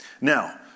Now